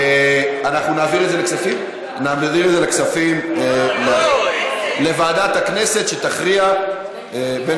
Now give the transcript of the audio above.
זה נדון בכספים, נדון גם, להמשיך בכספים,